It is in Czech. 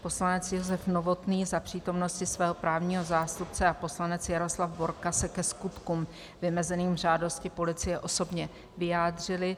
Poslanec Josef Novotný za přítomnosti svého právního zástupce a poslanec Jaroslav Borka se ke skutkům vymezeným v žádosti policie osobně vyjádřili.